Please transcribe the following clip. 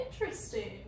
interesting